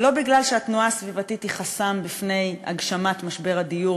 לא בגלל שהתנועה הסביבתית היא חסם בפני הגשמת פתרון משבר הדיור,